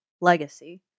legacy